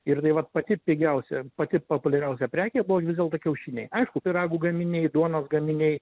ir tai vat pati pigiausia pati populiariausia prekė buvo vis dėlto kiaušiniai aišku pyragų gaminiai duonos gaminiai